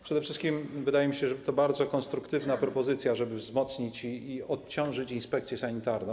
Przede wszystkim wydaje mi się, że to bardzo konstruktywna propozycja, żeby wzmocnić i odciążyć inspekcję sanitarną.